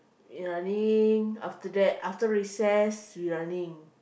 running after that after recess we running